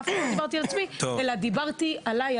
אלא דיברתי עליי,